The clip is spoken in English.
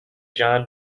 john